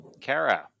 Kara